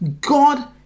God